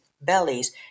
bellies